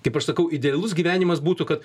kaip aš sakau idealus gyvenimas būtų kad